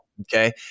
okay